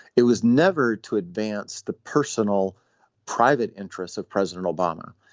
it was never to advance the personal private interests of president obama.